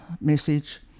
message